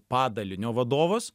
padalinio vadovas